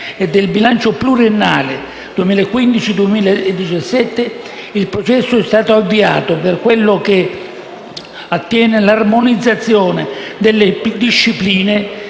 e del bilancio pluriennale 2015-2017, il processo sia stato avviato per quello che attiene all'armonizzazione delle discipline